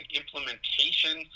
implementation